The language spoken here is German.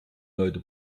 leute